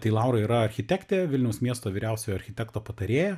tai laura yra architektė vilniaus miesto vyriausiojo architekto patarėja